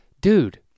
dude